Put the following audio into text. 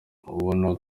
ubona